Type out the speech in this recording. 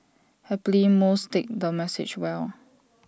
happily most take the message well